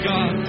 God